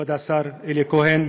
כבוד השר אלי כהן,